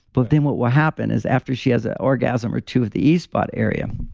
but then what will happen is after she has an orgasm or two of the e spot area,